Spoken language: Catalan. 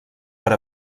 per